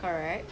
correct